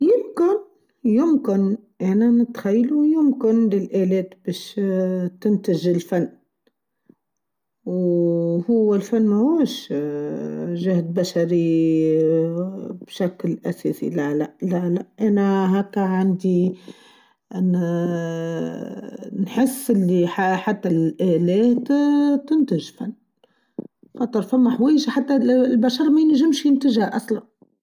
يمكن يمكن أنا نتخيلو يمكن للآلات بيش تنتجو الفن ووو الفن موش چهد بشري بشكل أساسي لا لا لا لا أنا هاكا عندي أناااااااا نحس إن حتى الآلات تنتج فن حتى الفن حويچه حتى البشر مينچمش ينتچها أصلا.